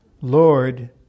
Lord